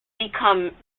become